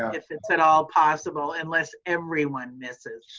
if it's at all possible, unless everyone misses.